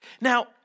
Now